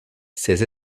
ces